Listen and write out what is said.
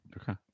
Okay